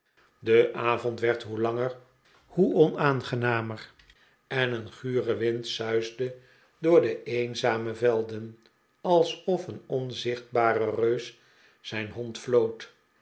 de avond werd hoe langer hoe onaangenamer en een gure wind suisde door de eenzame velden alsof een onzichtbare reus zijn hond floot